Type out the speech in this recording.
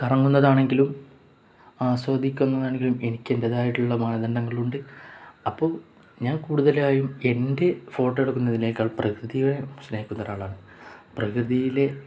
കറങ്ങുന്നതാണെങ്കിലും ആസ്വദിക്കുന്നതാണെങ്കിലും എനിക്കെൻ്റെതായിട്ടുള്ള മാനദണ്ഡങ്ങളുണ്ട് അപ്പോള് ഞാൻ കൂടുതലായും എൻ്റെ ഫോട്ടോ എടുക്കുന്നതിനേക്കാൾ പ്രകൃതിയെ സ്നേഹിക്കുന്ന ഒരാളാണ് പ്രകൃതിയിലെ